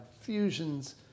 fusions